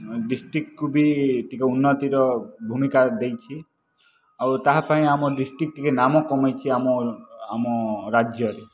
ଡିଷ୍ଟିକ୍କୁ ବି ଟିକିଏ ଉନ୍ନତିର ଭୂମିକା ଦେଇଛି ଆଉ ତାହା ପାଇଁ ଆମ ଡ଼ିଷ୍ଟିକ୍ ଟିକିଏ ନାମ କମେଇଛି ଆମ ଆମ ରାଜ୍ୟରେ